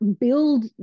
build